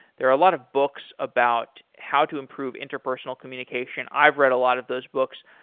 there are a lot of books about how to improve interpersonal communication. i've read a lot of those books.